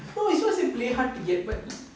no it's not say play hard to get but